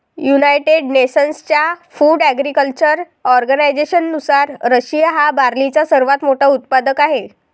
United नेशन्सच्या food agriculture ऑर्गनायझेशननुसार, Russia हा बार्लीचा सर्वात मोठा उत्पादक आहे